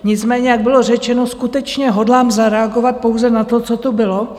Nicméně jak bylo řečeno, skutečně hodlám zareagovat pouze na to, co tu bylo.